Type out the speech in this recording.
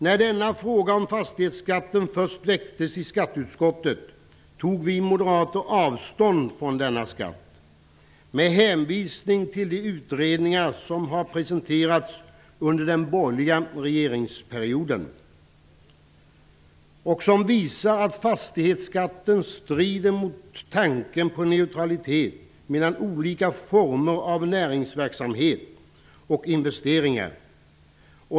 När frågan om fastighetsskatten först väcktes i skatteutskottet tog vi moderater avstånd från denna skatt med hänvisning till de utredningar som har presenterats under den borgerliga regeringsperioden, som visar att fastighetsskatten strider mot tanken på neutralitet mellan olika former av näringsverksamhet och investeringar.